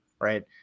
Right